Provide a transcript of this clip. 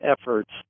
efforts